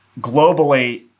globally